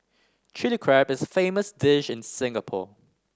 Chilli Crab is a famous dish in Singapore